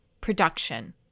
production